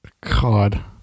God